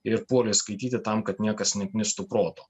ir puolė skaityti tam kad niekas neknistų proto